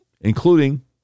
including